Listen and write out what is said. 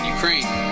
Ukraine